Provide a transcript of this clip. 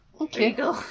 Okay